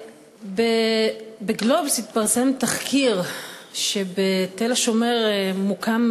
ב"גלובס" התפרסם תחקיר שלפיו בתל-השומר מוקם